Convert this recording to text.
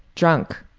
drunk.